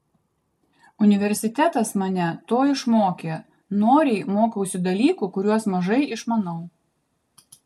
universitetas mane to išmokė noriai mokausi dalykų kuriuos mažai išmanau